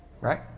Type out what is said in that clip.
Right